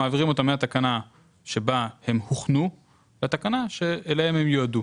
מה זה שימוש א'?